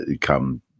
come